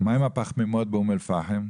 מה עם הפחמימות באום אל-פחם.